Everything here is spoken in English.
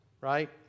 Right